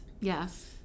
Yes